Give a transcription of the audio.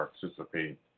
participate